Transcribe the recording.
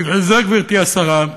בגלל זה, גברתי השרה,